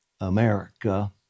America